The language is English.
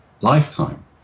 lifetime